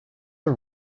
are